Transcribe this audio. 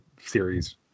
series